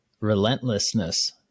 relentlessness